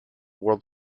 world